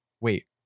wait